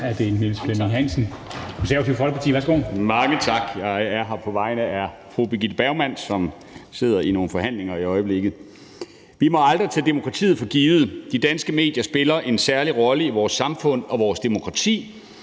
Mange tak. Jeg er her på vegne af fru Birgitte Bergman, som sidder i nogle forhandlinger i øjeblikket. Vi må aldrig tage demokratiet for givet. De danske medier spiller en særlig rolle i vores samfund og vores demokrati.